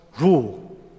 rule